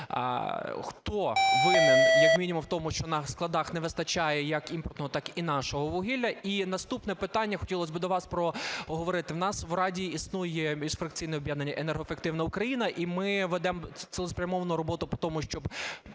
Хто винен як мінімум в тому, що на складах не вистачає як імпортного, так і нашого вугілля? І наступне питання хотілось би до вас проговорити. У нас в Раді існує міжфракційне об'єднання "Енергоефективна Україна", і ми ведемо цілеспрямовану роботу по тому, щоб